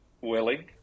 willing